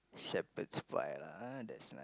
Shepherd's-Pie lah ah that's n~